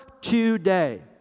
today